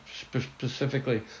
specifically